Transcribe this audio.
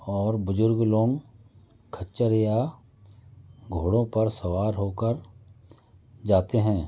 और बुजुर्ग लोग खच्चर या घोड़ों पर सवार होकर जाते हैं